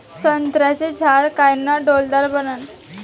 संत्र्याचं झाड कायनं डौलदार बनन?